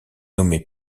nommé